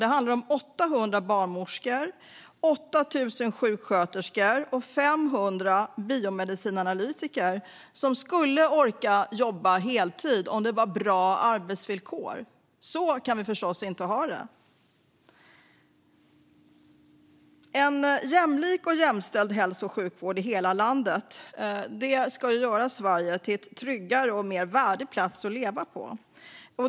Det handlar om 800 barnmorskor, 8 000 sjuksköterskor och 500 biomedicinska analytiker som skulle orka jobba heltid om det var bra arbetsvillkor. Så kan vi förstås inte ha det. En jämlik och jämställd hälso och sjukvård i hela landet skulle göra Sverige till en tryggare och mer värdig plats att leva på.